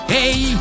Hey